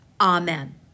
Amen